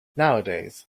nowadays